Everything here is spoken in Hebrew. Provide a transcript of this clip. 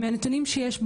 מהנתונים שיש במשטרה,